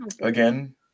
Again